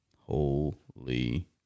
Holy